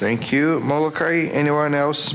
think you anyone else